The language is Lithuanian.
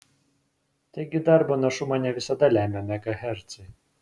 taigi darbo našumą ne visada lemia megahercai